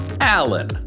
Alan